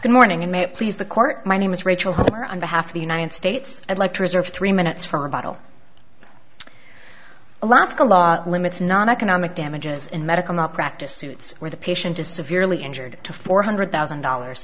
court my name is rachel her on behalf of the united states i'd like to reserve three minutes for a bottle alaska law limits noneconomic damages in medical malpractise suits where the patient is severely injured to four hundred thousand dollars